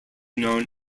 known